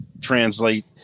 translate